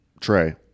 Trey